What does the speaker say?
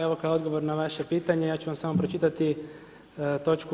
Evo, kao odgovor na vaše pitanje ja ću vam samo pročitati toč.